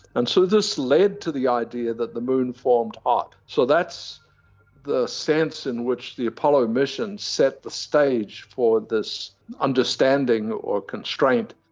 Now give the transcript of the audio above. and so this led to the idea that the moon formed hot. so that's the sense in which the apollo mission set the stage for this understanding or constraint.